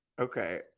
okay